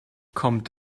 kommt